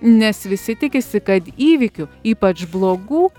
nes visi tikisi kad įvykių ypač blogų